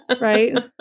right